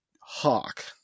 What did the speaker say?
Hawk